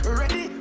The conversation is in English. ready